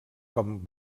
com